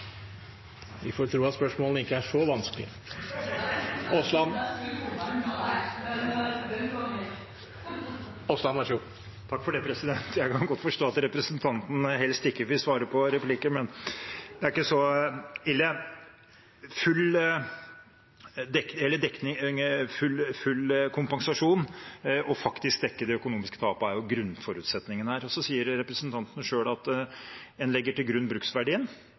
Jeg kan godt forstå at representanten helst ikke vil svare på replikker, men jeg er ikke så ille. Full kompensasjon og dekning av det faktiske økonomiske tapet er jo grunnforutsetningen her. Så sier representanten selv at en legger til grunn bruksverdien,